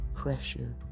pressure